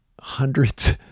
Hundreds